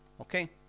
Okay